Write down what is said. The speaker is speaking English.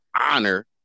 honor